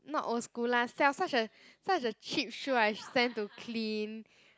not old school lah siao such a such a cheap shoe I send to clean